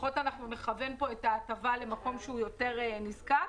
לפחות נכוון פה את ההטבה למקום שהוא יותר נזקק.